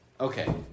Okay